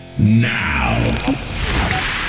now